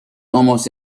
almost